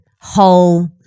whole